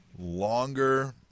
longer